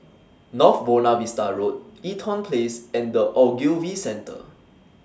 North Buona Vista Road Eaton Place and The Ogilvy Centre